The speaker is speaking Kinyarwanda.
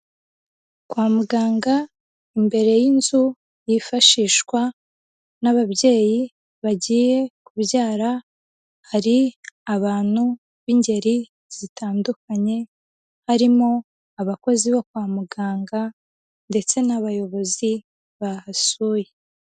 Kwa muganga imbere y'inzu yifashishwa n'ababyeyi bagiye kubyara, hari abantu b'ingeri zitandukanye, barimo abakozi bo kwa muganga ndetse n'abayobozi bahasuye.